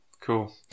Cool